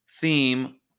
theme